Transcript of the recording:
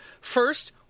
First